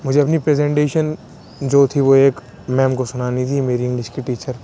مجھے اپنی پریزنٹیشن جو تھی وہ ایک میم کو سنانی تھی میری انگلش کی ٹیچر